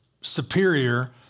superior